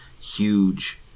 huge